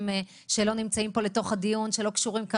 שלא נמצאים פה לתוך הדיון ולא קשורים.